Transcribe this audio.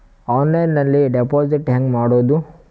ಆನ್ಲೈನ್ನಲ್ಲಿ ಡೆಪಾಜಿಟ್ ಹೆಂಗ್ ಮಾಡುದು?